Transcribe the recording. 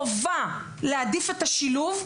חובה להעדיף את השילוב,